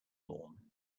lawn